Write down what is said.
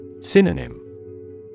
Synonym